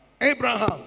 Abraham